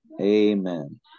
Amen